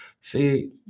See